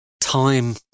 time